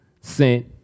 sent